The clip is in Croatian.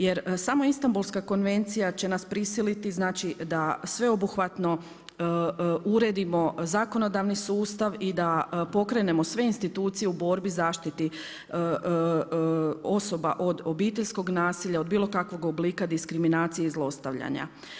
Jer samo Istambulska konvencija će nas prisiliti, znači da sveobuhvatno uredimo zakonodavni sustav i da pokrenemo sve institucije u borbi i zaštiti osoba od obiteljskog nasilja, od bilo kakvog oblika diskriminacije i zlostavljanja.